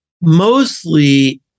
Mostly